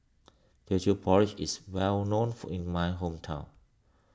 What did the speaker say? Teochew Porridge is well known in my hometown